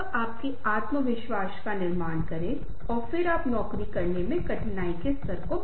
आप देखते हैं कि मन के नक्शे से मैं एक रूपरेखा में अनुवाद करने में सक्षम हूं